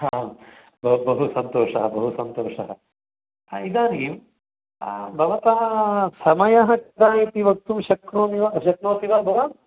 बहु बहु सन्तोषः बहु सन्तोषः इदानीं भवतः समयः कदा इति शक्नोमि वा शक्नोति वा भवान्